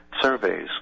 surveys